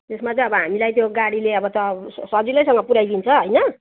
त्यसमा चाहिँ अब हामीलाई त्यो गाडीले अब चाहिँ सजिलैसँग पुऱ्याइदिन्छ होइन